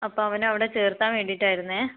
അപ്പം അവനവിടെ ചേർക്കാൻ വേണ്ടിട്ടായിരുന്നു